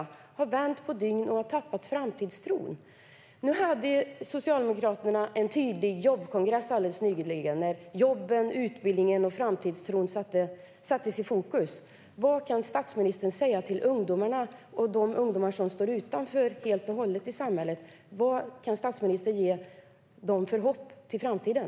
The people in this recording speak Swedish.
De har vänt på dygnet och tappat framtidstron. Socialdemokraterna hade en tydlig jobbkongress alldeles nyligen, där jobben, utbildningen och framtidstron sattes i fokus. Vad kan statsministern säga till ungdomarna, och de ungdomar som står utanför samhället helt och hållet? Vad kan han ge dem för hopp inför framtiden?